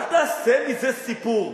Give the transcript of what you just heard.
אל תעשה מזה סיפור.